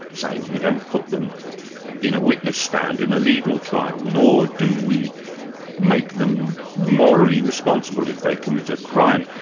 say, we don't put them in a witness stand in a legal trial, nor do we make them morally responsible if they commit a crime.